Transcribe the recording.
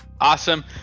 awesome